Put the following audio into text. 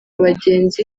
abagenzi